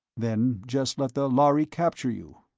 then just let the lhari capture you.